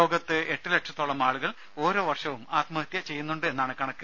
ലോകത്ത് എട്ട് ലക്ഷത്തോളം ആളുകൾ ഓരോ വർഷവും ആത്മഹത്യ ചെയ്യുന്നുണ്ട് എന്നാണ് കണക്ക്